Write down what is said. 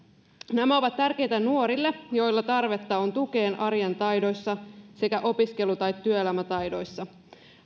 nämä ovat tärkeitä nuorille joilla on tarvetta tukeen arjen taidoissa sekä opiskelu tai työelämätaidoissa